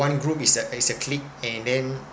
one group is a is a clique and then